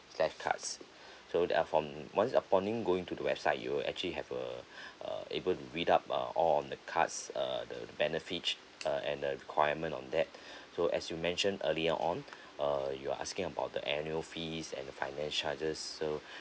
slash cards so they're from once upon in going to the website you'll actually have a uh able to read up uh all on the cards err the benefits uh and the requirement on that so as you mentioned earlier on err you are asking about the annual fees and finance charges so